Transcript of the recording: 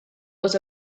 was